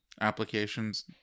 applications